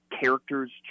character's